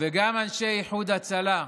וגם אנשי איחוד הצלה.